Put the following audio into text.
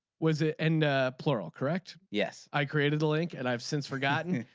was it and plural correct. yes. i created a link and i've since forgotten.